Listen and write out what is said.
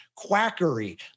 Quackery